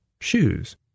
shoes